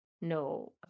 No